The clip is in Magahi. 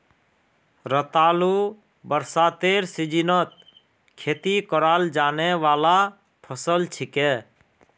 रतालू बरसातेर सीजनत खेती कराल जाने वाला फसल छिके